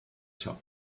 job